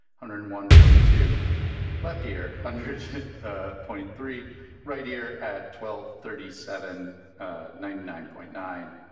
hundred and one point two left here, hundred ah point three right here at twelve, thirty seven ninety nine point nine